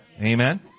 Amen